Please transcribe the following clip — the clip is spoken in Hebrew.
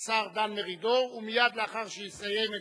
השר מרידור, ומייד לאחר שיסיים את